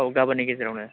औ गाबोननि गेजेरावनो